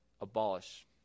abolish